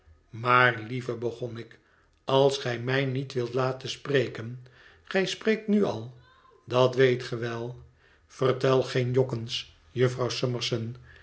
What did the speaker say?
maar lieve begon ik als gij mij niet wilt laten spreken gij spreekt nu al dat weet ge wel vertel geen jokkens jufvrouw summerson